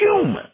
human